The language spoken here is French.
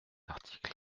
article